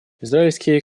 израильские